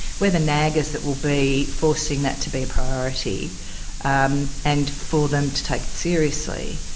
we're the naggers that will be forcing that to be apriority um and for them to take it seriously.